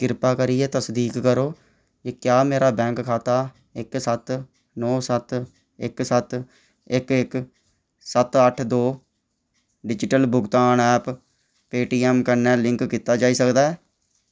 किरपा करियै तसदीक करो जे क्या मेरा बैंक खाता इक सत्त नौ सत्त इक सत्त इक इक सत्त अट्ठ दो डिजिटल भुगतान ऐप्प पेऽटीऐम्म कन्नै लिंक कीता जाई सकदा ऐ